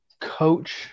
coach